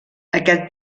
aquest